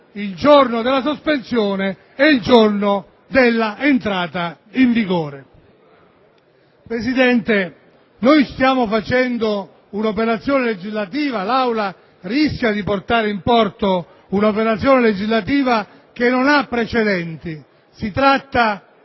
il giorno della sospensione e il giorno dell'entrata in vigore. Presidente, noi stiamo facendo un'operazione legislativa. L'Aula rischia di mandare in porto un'operazione legislativa che non ha precedenti. Si tratta